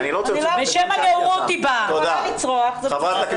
תפסיקי לצרוח.